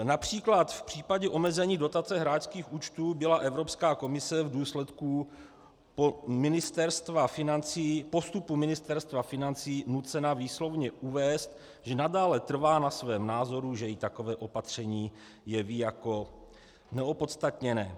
Například v případě omezení dotace hráčských účtů byla Evropská komise v důsledku postupu Ministerstva financí nucena výslovně uvést, že nadále trvá na svém názoru, že se jí takové opatření jeví jako neopodstatněné.